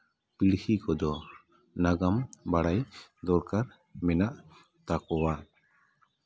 ᱯᱤᱲᱦᱤ ᱠᱚᱫᱚ ᱱᱟᱜᱟᱢ ᱵᱟᱲᱟᱭ ᱫᱚᱨᱠᱟᱨ ᱢᱮᱱᱟᱜ ᱛᱟᱠᱚᱣᱟ